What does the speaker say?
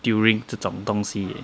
during 这种东西 leh